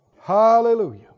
Hallelujah